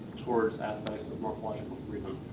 towards aspects of morphological freedom.